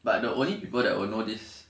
but the only people that will know this